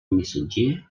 missatger